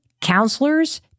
counselors